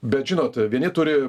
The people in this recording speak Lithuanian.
bet žinot vieni turi